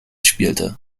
spielte